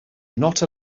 not